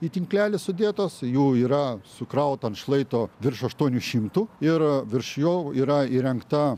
į tinklelį sudėtos jų yra sukrauta ant šlaito virš aštuonių šimtų ir virš jo yra įrengta